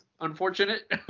Unfortunate